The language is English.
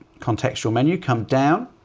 contextual menu come down,